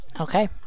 Okay